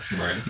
Right